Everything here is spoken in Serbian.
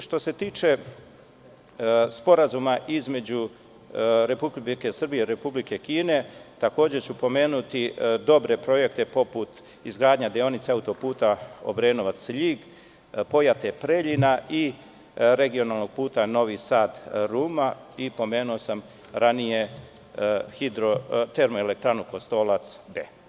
Što se tiče Sporazuma između Republike Srbije i Republike Kine pomenuću dobre projekte poput izgradnje deonice Autoputa Obrenovac – Ljig, Pojate – Preljina i Regionalnog puta Novi Sad – Ruma i pomenuo sam ranije Termoelektranu „Kostolac B“